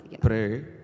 Pray